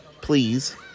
please